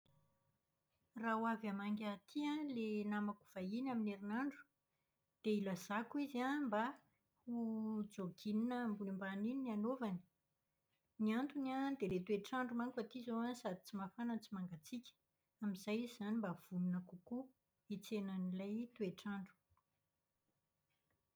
Raha ho avy hamangy ahy aty an ilay namako vahiny amin'ny herinandro, dia ilazàko izy mba ho jogging ambony ambany iny no anaovany. Ny antony an dia ilay toetr'andro manko aty izao sady tsy mafana no tsy mangatsiaka. Amin'izay izy izany mba vonona kokoa hitsena an'ilay toetr'andro.